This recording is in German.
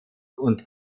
und